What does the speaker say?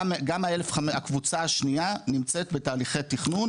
גם הקבוצה השנייה נמצאת בתהליכי תכנון.